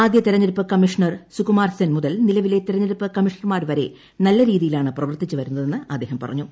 ആദ്യ തെരഞ്ഞെടുപ്പ് കമ്മീഷണർ സുകുമാർ സെൻ മുതൽ നിലവിലെ തെരഞ്ഞെടുപ്പ് കമ്മീഷണർമാർവരെ രീതിയിലാണ് നല്ല പ്രവർത്തിച്ചുവരുന്നതെന്ന് അദ്ദേഹം പറഞ്ഞു